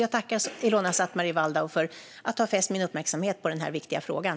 Jag tackar Ilona Szatmari Waldau för att ha fäst min uppmärksamhet på den här viktiga frågan.